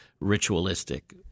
ritualistic